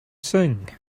sing